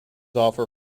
offer